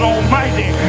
Almighty